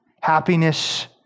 Happiness